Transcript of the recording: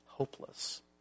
hopeless